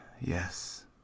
Yes